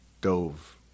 dove